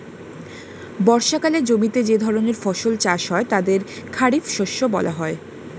বর্ষাকালে জমিতে যে ধরনের ফসল চাষ হয় তাদের খারিফ শস্য বলা হয়